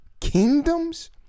kingdoms